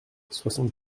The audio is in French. soixante